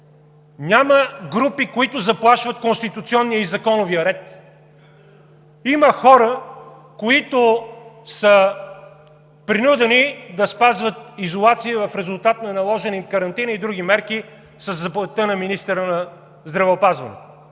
няма групи, заплашващи конституционния и законовия ред. Има хора, принудени да спазват изолация в резултат на наложена карантина и други мерки със заповедта на министъра на здравеопазването.